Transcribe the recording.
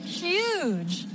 huge